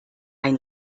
ein